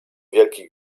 wielki